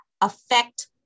affect